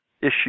issue